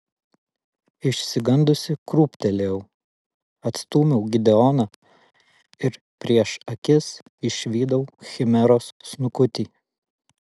išsigandusi krūptelėjau atstūmiau gideoną ir prieš akis išvydau chimeros snukutį